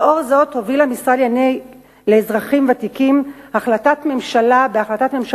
לאור זאת הוביל המשרד לענייני אזרחים ותיקים בהחלטת הממשלה